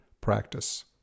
practice